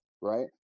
right